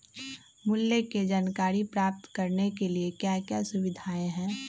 मूल्य के जानकारी प्राप्त करने के लिए क्या क्या सुविधाएं है?